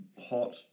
hot